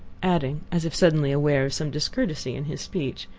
adding, as if suddenly aware of some discourtesy in his speech,